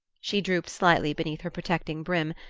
she drooped slightly beneath her protecting brim,